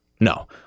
No